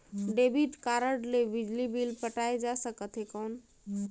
Debit card ले बिजली bill पटाय जा सकथे कौन?